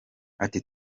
ati